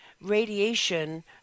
radiation